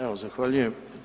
Evo zahvaljujem.